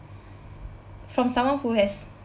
from someone who has